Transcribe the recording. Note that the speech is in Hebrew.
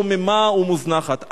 שוממה ומוזנחת".